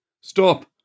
Stop